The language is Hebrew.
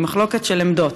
היא מחלוקת של עמדות.